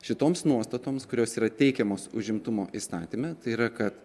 šitoms nuostatoms kurios yra teikiamos užimtumo įstatyme tai yra kad